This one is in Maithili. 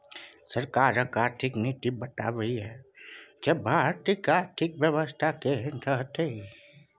सरकारक आर्थिक नीति बताबैत छै जे भारतक आर्थिक बेबस्था केहन रहत